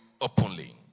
openly